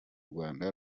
rwanda